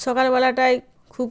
সকালবেলাটায় খুব